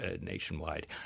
nationwide